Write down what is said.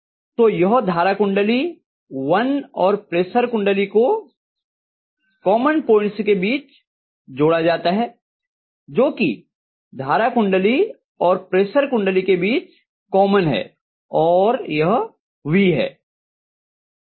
तो यह धारा कुंडली 1 और प्रेशर कुंडली को कॉमन पोइंट्स के बीच जोड़ा जाता है जो कि धारा कुंडली और प्रेशर कुंडली के बीच कॉमन है और यह V है